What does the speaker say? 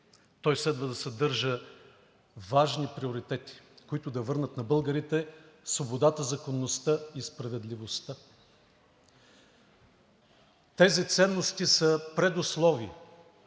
Той следва да съдържа важни приоритети, които да върнат на българите свободата, законността и справедливостта. Тези ценности са предусловие